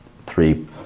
three